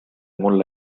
mul